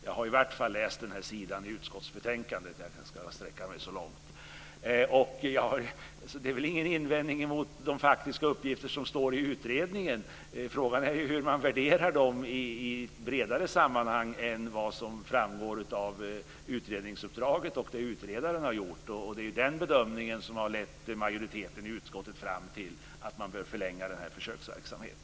Jag har i varje fall läst sidan i utskottsbetänkandet. Jag ska sträcka mig så långt. Det är väl ingen invändning mot de faktiska uppgifter som står i utredningen. Frågan är hur man värderar dem i ett bredare sammanhang än vad som framgår av utredningsuppdraget och det utredaren har gjort. Det är den bedömning som har lett majoriteten i utskottet fram till att man bör förlänga försöksverksamheten.